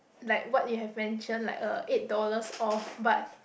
like what you have mentioned like uh eight dollars off but